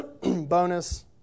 bonus